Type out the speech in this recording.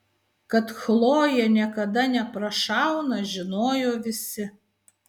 kad chlojė niekada neprašauna žinojo visi